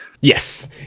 Yes